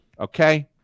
okay